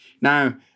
Now